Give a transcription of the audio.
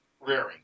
rearing